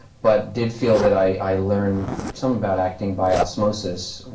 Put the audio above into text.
but did feel that i learned some about acting by osmosis,